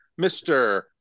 Mr